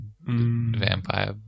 Vampire